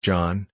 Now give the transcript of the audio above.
John